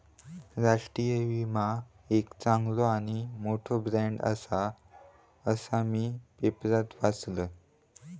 राष्ट्रीय विमा एक चांगलो आणि मोठो ब्रँड आसा, असा मी पेपरात वाचलंय